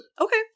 Okay